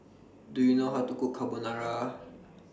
Do YOU know How to Cook Carbonara